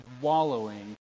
wallowing